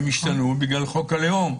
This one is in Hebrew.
הם השתנו בגלל חוק הלאום,